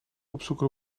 opzoeken